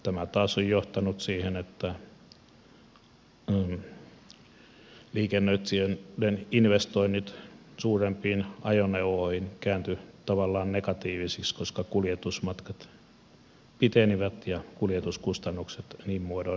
tämä taas on johtanut siihen että liikennöitsijöiden investoinnit suurempiin ajoneuvoihin kääntyivät tavallaan negatiivisiksi koska kuljetusmatkat pitenivät ja kuljetuskustannukset niin muodoin nousivat